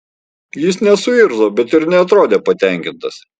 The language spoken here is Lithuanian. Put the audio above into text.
jis nesuirzo bet ir neatrodė patenkintas